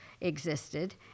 existed